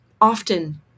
often